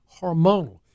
hormonal